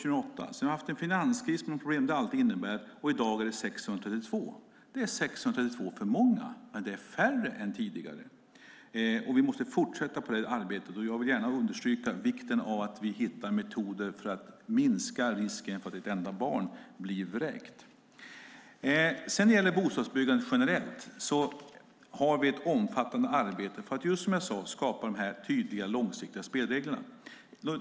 Sedan har vi haft en finanskris med allt vad det innebär, och i dag är det 632 barn. Det är 632 för många, men det är färre än tidigare. Vi måste fortsätta det arbetet. Jag vill gärna understryka vikten av att vi hittar metoder för att minska risken för att ett enda barn blir vräkt. När det sedan gäller bostadsbyggandet generellt har vi ett omfattande arbete för att, just som jag sade, skapa tydliga, långsiktiga spelregler.